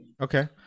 Okay